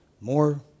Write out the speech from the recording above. more